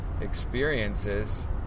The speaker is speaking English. experiences